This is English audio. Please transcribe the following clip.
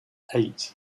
eight